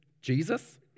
Jesus